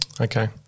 Okay